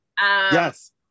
Yes